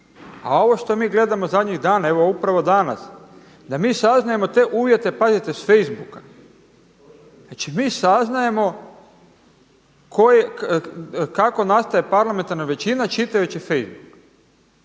A ovo što mi gledamo zadnjih dana evo upravo danas, da mi saznajemo te uvjete pazite s facebooka. Znači mi saznajemo kako nastaje parlamentarna većina čitajući facebook.